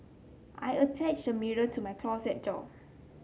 I attached a mirror to my closet door